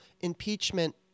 impeachment